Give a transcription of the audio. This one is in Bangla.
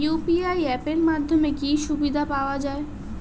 ইউ.পি.আই অ্যাপ এর মাধ্যমে কি কি সুবিধা পাওয়া যায়?